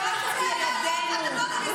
למה מותר לנו רק לשלוח את ילדינו לצבא,